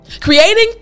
creating